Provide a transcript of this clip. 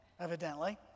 evidently